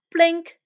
Blink